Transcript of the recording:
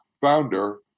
founder